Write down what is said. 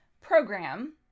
program